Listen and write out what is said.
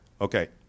Okay